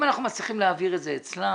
אם אנחנו מצליחים להעביר את זה אצלם,